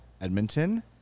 Edmonton